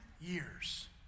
years